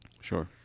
Sure